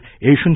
Asian